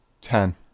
ten